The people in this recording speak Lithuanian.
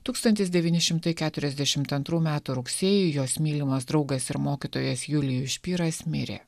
tūkstantis devyni šimtai keturiasdešimt antrų metų rugsėjį jos mylimas draugas ir mokytojas julijus špyras mirė